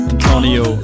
Antonio